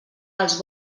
els